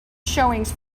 showings